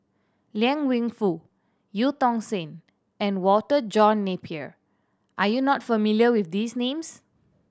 Liang Wenfu Eu Tong Sen and Walter John Napier are you not familiar with these names